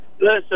Listen